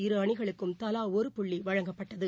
இரு அணிகளுக்கும் தலாஒரு புள்ளிவழங்கப்பட்டது